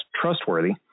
trustworthy